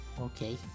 Okay